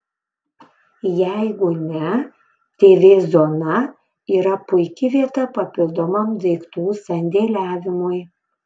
jeigu ne tv zona yra puiki vieta papildomam daiktų sandėliavimui